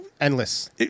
endless